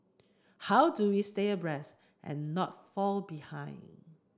how do we stay abreast and not fall behind